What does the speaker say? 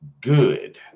good